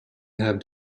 have